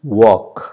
walk